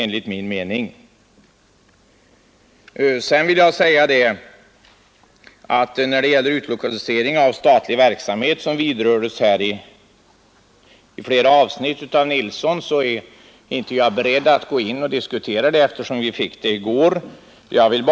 När det gäller fortsatt utlokalisering av statlig verksamhet som berördes i flera avsnitt av herr Nilssons anförande, är jag inte beredd att diskutera detta eftersom vi fick rapporten så sent som i går.